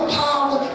power